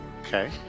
okay